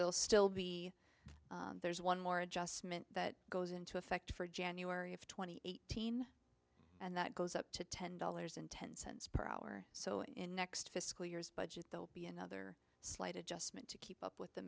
they'll still be there's one more adjustment that goes into effect for january of two thousand and eighteen and that goes up to ten dollars and ten cents per hour so in fiscal years budget they'll be another slight adjustment to keep up with the